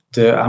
de